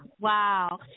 Wow